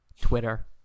Twitter